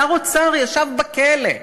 שר האוצר ישב בכלא,